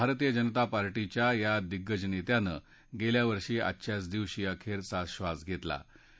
भारतीय जनता पार्टीच्या या दिग्गज नेत्यानं गेल्या वर्षी आजच्याच दिवशी अखेरच्या ब्रास घेतला होता